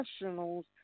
professionals